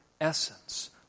essence